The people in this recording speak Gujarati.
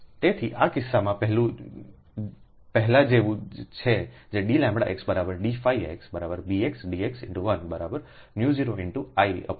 તેથી આ કિસ્સામાં પહેલા જેવું જ છે dx dx Bxdx1 0I2πx